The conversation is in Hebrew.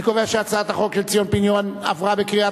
אני קובע שהצעת החוק של ציון פיניאן עברה בקריאה